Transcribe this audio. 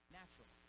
natural